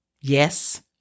Yes